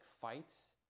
fights